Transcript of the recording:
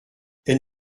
elle